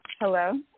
Hello